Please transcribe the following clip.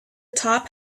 top